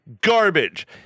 Garbage